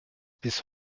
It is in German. bis